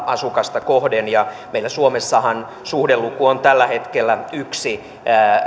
asukasta kohden meillä suomessahan suhdeluku on tällä hetkellä yksi